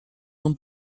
son